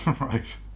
Right